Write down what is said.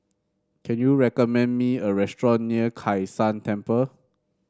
can you recommend me a restaurant near Kai San Temple